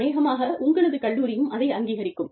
அநேகமாக உங்களது கல்லூரியும் அதை அங்கீகரிக்கும்